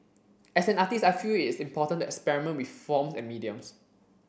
as an artist I feel it is important to experiment with forms and mediums